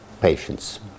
patients